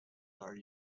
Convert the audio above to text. are